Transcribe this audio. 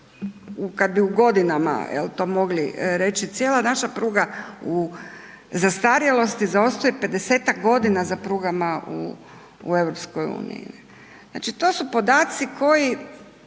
kada bi u godinama to mogli reći, cijeli naša pruga u zastarjelosti zaostaje pedesetak godina za prugama u EU. Znači to su podaci koji